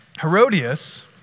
Herodias